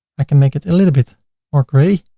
i can make it a little bit more gray.